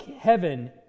heaven